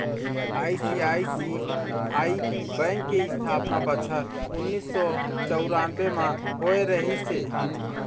ICICI bank के इस्थापना बछर उन्नीस सौ चउरानबे म होय रिहिस हे